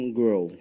grow